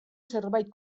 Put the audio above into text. zerbait